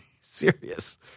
serious